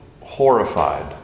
horrified